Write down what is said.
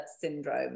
syndrome